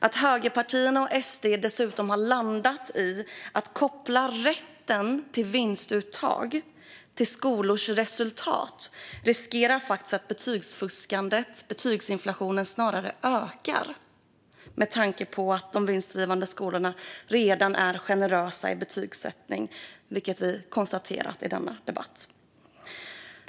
Att högerpartierna och SD dessutom har landat i att koppla rätten till vinstuttag till skolors resultat gör att betygsfuskandet, betygsinflationen, snarare riskerar att öka med tanke på att de vinstdrivande skolorna redan är generösa i betygsättningen, vilket vi konstaterat i denna debatt.